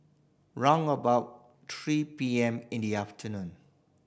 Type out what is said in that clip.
round about three P M in the afternoon